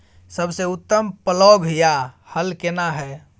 सबसे उत्तम पलौघ या हल केना हय?